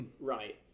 Right